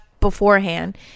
beforehand